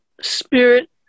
spirit